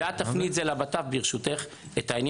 אני מבקש גם מהנציגה של משרד המשפטים להפנות את העניין,